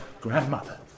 grandmother